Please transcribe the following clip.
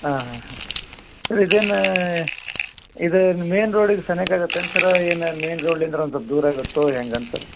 ಆಂ ಹಾಂ ಹಾಂ ಸರ್ ಇದೇನು ಇದು ಮೇಯ್ನ್ ರೋಡಿಗೆ ಸಮೀಪ ಆಗುತ್ತೆ ಏನು ಸರ್ ಏನು ಮೇಯ್ನ್ ರೋಡಿಂದ ಒಂದು ಸ್ವಲ್ಪ ದೂರಾಗುತ್ತೋ ಹೇಗೆಂತ